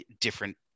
different